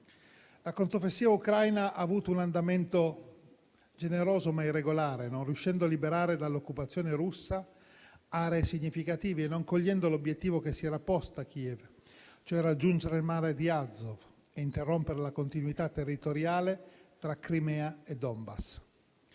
La controffensiva ucraina ha avuto un andamento generoso, ma irregolare, non riuscendo a liberare dall'occupazione russa aree significative e non cogliendo l'obiettivo che si era posta Kiev, cioè raggiungere il Mare di Azov e interrompere la continuità territoriale tra Crimea e Donbass.